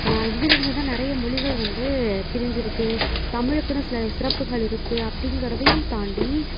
இதில் இருந்துதான் நிறைய மொழிகள் வந்து பிரிஞ்சுருக்கு தமிழுக்கு சில சிறப்புகள் இருக்குது அப்படிங்கிறதையும் தாண்டி